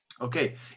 Okay